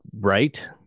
right